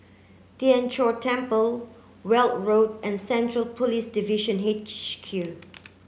Tien Chor Temple Weld Road and Central Police Division H Q